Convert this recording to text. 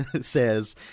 says